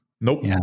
Nope